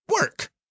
work